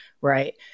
right